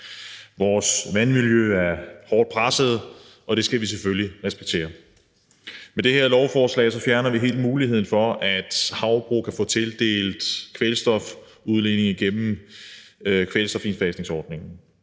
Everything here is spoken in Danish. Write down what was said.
Vores vandmiljø er hårdt presset, og det skal vi selvfølgelig respektere. Med det her lovforslag fjerner vi helt muligheden for, at havbrug kan få tildelt kvælstofudledning gennem kvælstofindfasningsordningen.